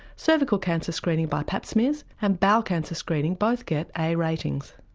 cervical cancer screening by pap smears, and bowel cancer screening both get a ratings.